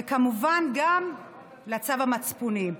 וכמובן גם לצו המצפוני.